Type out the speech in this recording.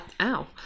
ow